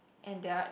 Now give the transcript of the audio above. and there are